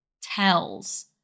tells